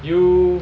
you